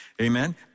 Amen